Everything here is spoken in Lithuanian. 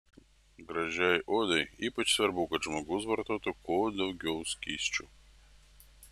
gražiai odai ypač svarbu kad žmogus vartotų kuo daugiau skysčių